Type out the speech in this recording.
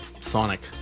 Sonic